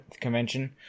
convention